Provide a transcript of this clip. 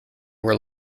were